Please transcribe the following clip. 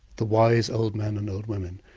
the wise old men and old women,